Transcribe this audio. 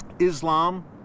Islam